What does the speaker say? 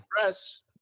press